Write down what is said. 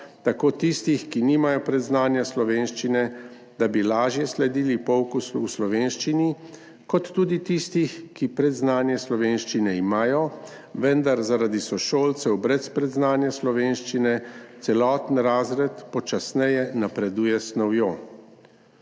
tako tistih, ki nimajo predznanje slovenščine, da bi lažje sledili pouku v slovenščini, kot tudi tistih, ki imajo predznanje slovenščine, vendar zaradi sošolcev brez predznanja slovenščine celoten razred počasneje napreduje s snovjo.